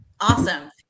Awesome